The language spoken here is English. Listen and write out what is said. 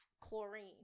chlorine